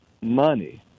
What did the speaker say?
money